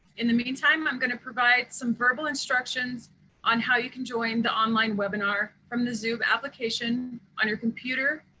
in the meantime i'm going provide some verbal instructions on how you can join the online webinar from the zoom application on your computer,